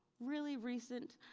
really recent.